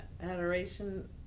adoration